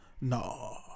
no